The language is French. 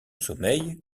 sommeil